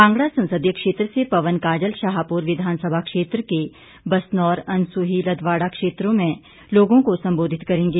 कांगड़ा संसदीय क्षेत्र से पवन काजल शाहपुर विधानसभा क्षेत्र के बसनौर अनसुही लदवाड़ा क्षेत्रों में लोगों को संबोधित करेंगे